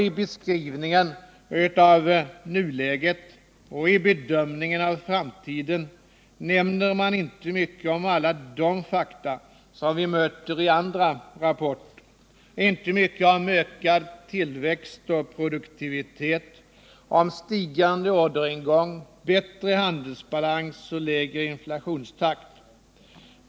I beskrivningen av nuläget och i bedömningen av framtiden nämner man inte mycket om alla de fakta som vi möter i andra rapporter, inte mycket om ökad tillväxt och produktivitet, om stigande orderingång, om bättre handelsbalans och lägre inflationstakt.